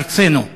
מארצנו.